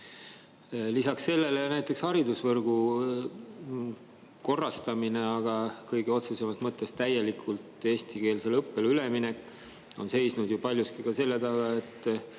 Lisaks sellele on ka näiteks haridusvõrgu korrastamine, kõige otsesemas mõttes täielikult eestikeelsele õppele üleminek seisnud paljuski selle taga, et